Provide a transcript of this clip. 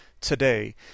today